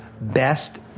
best